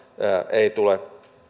ei tule